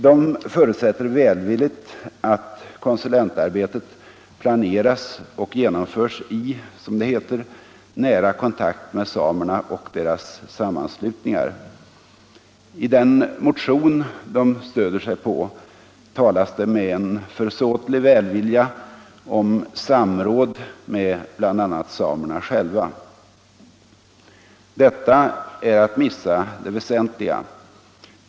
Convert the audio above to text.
De förutsätter välvilligt att konsulentarbetet planeras och genomförs i ”nära kontakt med samerna och deras sammanslutningar”. I den motion de stöder sig på talas det med en försåtlig välvilja om ”samråd med bl.a. samerna själva”. Detta är att missa det väsentliga.